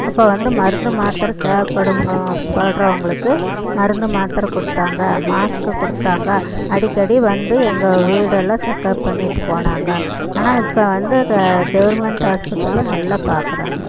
அப்ப வந்து மருந்து மாத்தரை தேவைப்படுங்கோ படறவங்களுக்கு மருந்து மாத்தரை கொடுத்தாங்க மாஸ்க்கு கொடுத்தாங்க அடிக்கடி வந்து எங்கள் வீடெல்லாம் செக்கப் பண்ணிவிட்டு போனாங்க ஆனால் இப்போ வந்து கவர்மெண்ட் ஆஸ்பத்திரியில் நல்லா பார்க்குறாங்க